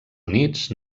units